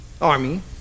army